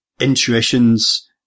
intuitions